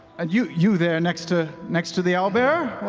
and you you there next to next to the owlbear,